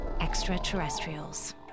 extraterrestrials